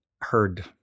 heard